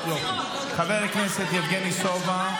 חבר הכנסת יבגני סובה.